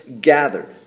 gathered